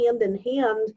hand-in-hand